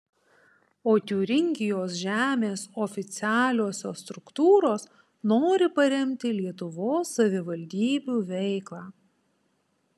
o tiūringijos žemės oficialiosios struktūros nori paremti lietuvos savivaldybių veiklą